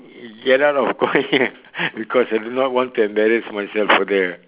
get out of choir because I do not want to embarrass myself further